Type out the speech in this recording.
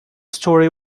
story